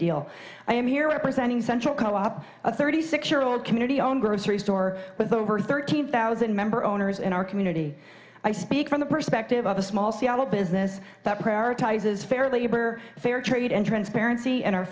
deal i am here representing central co op a thirty six year old community owned grocery store with over thirteen thousand member owners in our community i speak from the perspective of a small seattle business that prioritizes fair labor fair trade and transparency and our